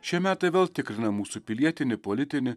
šie metai vėl tikrina mūsų pilietinį politinį